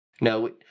no